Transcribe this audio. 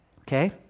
Okay